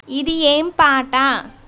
ఇది ఏం పాట